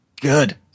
good